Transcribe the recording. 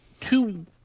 two